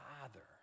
Father